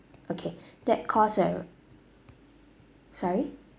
okay that cost uh sorry